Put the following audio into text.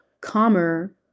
calmer